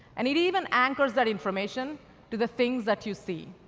and it even anchors that information to the things that you see.